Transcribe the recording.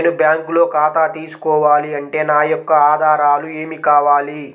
నేను బ్యాంకులో ఖాతా తీసుకోవాలి అంటే నా యొక్క ఆధారాలు ఏమి కావాలి?